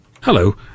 Hello